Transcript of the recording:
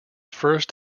first